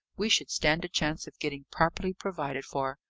we should stand a chance of getting properly provided for.